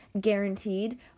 guaranteed